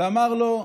ואמר לו: